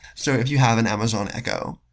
so if you have an amazon echo,